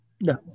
No